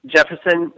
Jefferson